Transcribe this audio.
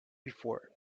before